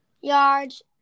yards